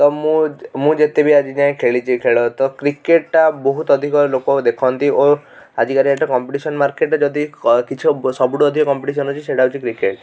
ତ ମୁଁ ମୁଁ ଯେତେବି ଆଜିଯାଏଁ ଖେଳିଛି ଖେଳ ତ କ୍ରିକେଟ ଟା ବହୁତ ଅଧିକ ଲୋକ ଦେଖନ୍ତି ଓ ଆଜିକା ଡେଟ୍ ରେ କମ୍ପିଟିସନ ମାର୍କେଟ ରେ ଯଦି କ କିଛି ସବୁଠୁ ଅଧିକ କମ୍ପିଟିସନ ଅଛି ସେଇଟା ହେଉଛି କ୍ରିକେଟ